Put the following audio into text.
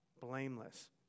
blameless